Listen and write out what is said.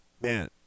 man